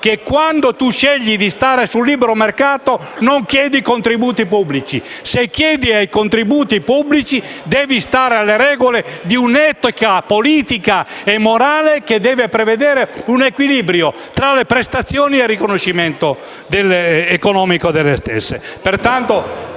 che, quando si sceglie di stare sul libero mercato, non si possono chiedere i contributi pubblici. Se si chiedono i contributi pubblici, occorre stare alle regole di un'etica politica e morale, che deve prevedere un equilibrio tra le prestazioni e il riconoscimento economico delle stesse.